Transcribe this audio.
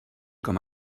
com